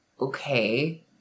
okay